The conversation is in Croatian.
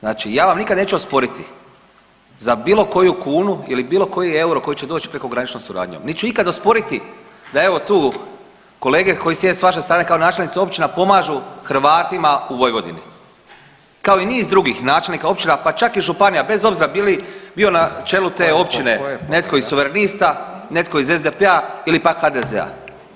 Znači ja vam nikad neću osporiti za bilo koju kunu ili bilo koji euro koji će doći prekograničnom suradnjom, niti ću ikada sporiti da evo tu kolege koji sjede s vaše strane kao načelnici općina pomažu Hrvatima u Vojvodini, kao i niz drugih načelnika općina pa čak i županija bez obzira bili, bio na čelu te općine netko iz suverenista, netko iz SDP-a ili pak HDZ-a.